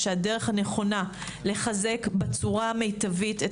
שהדרך הנכונה לחזק בצורה המיטבית את